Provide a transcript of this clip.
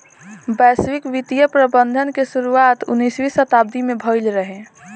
वैश्विक वित्तीय प्रबंधन के शुरुआत उन्नीसवीं शताब्दी में भईल रहे